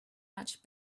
much